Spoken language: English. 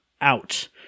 out